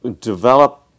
develop